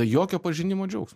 jokio pažinimo džiaugsmo